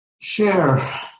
share